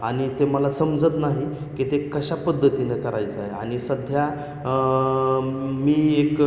आणि ते मला समजत नाही की ते कशा पद्धतीने करायचं आहे आणि सध्या मी एक